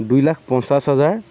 দুই লাখ পঞ্চাছ হাজাৰ